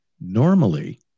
Normally